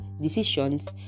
decisions